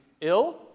ill